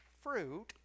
fruit